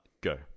go